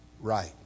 right